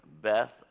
Beth